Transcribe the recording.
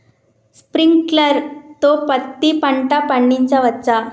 Sprinkler తో పత్తి పంట పండించవచ్చా?